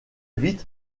vite